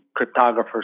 cryptographers